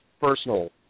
personal